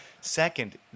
Second